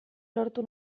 lortu